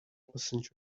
passengers